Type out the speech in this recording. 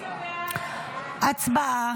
הצבעה.